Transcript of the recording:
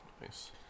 Nice